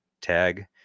Tag